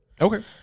Okay